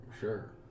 Sure